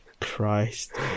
Christ